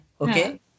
okay